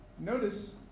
Notice